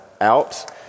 out